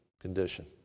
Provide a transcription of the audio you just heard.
condition